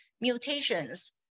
mutations